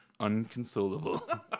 unconsolable